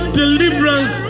deliverance